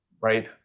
right